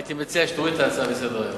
הייתי מציע שתוריד את ההצעה מסדר-היום.